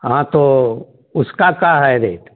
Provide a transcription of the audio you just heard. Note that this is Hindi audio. हाँ तो उसका का है रेट